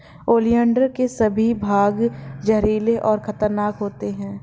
oleander के सभी भाग जहरीले और खतरनाक होते हैं